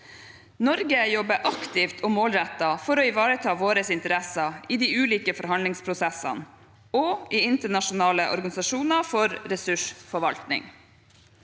Norge jobber aktivt og målrettet for å ivareta våre interesser i de ulike forhandlingsprosessene og i internasjonale organisasjoner for ressursforvaltning.